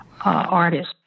artist